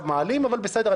אבל בסדר,